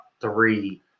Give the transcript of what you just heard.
three